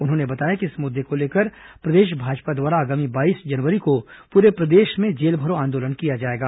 उन्होंने बताया कि इस मुद्दे को लेकर प्रदेश भाजपा द्वारा आगामी बाईस जनवरी को पूरे प्रदेश में जेल भरो आंदोलन किया जाएगा